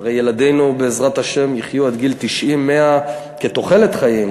הרי ילדינו בעזרת השם יחיו עד גיל 90 100 כתוחלת חיים.